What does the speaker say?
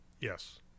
Yes